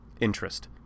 interest